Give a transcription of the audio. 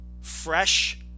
fresh